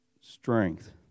strength